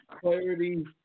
clarity